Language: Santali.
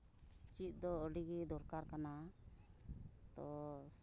ᱪᱮᱫ ᱫᱚ ᱟᱹᱰᱤᱜᱮ ᱫᱚᱨᱠᱟᱨ ᱠᱟᱱᱟ ᱛᱳ